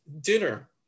dinner